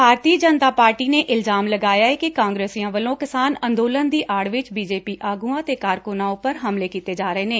ਭਾਰਤੀ Janata party ਨੇ ਇਲਜ਼ਾਮ ਲਗਾਇਆ ਏ ਕਿ ਕਾਂਗਰਸੀਆਂ ਵਲੋਂ ਕਿਸਾਨ ਅੰਦੋਲਨ ਦੀ ਆਤ ਵਿੱਚ ਬੀ ਜੇ ਪੀ ਆਗੁਆਂ ਅਤੇ ਕਾਰਕੁਨਾਂ ਉਪਰ ਹਮਲੇ ਕੀਤੇ ਜਾ ਰਹੇ ਨੇ